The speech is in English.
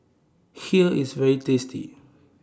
Kheer IS very tasty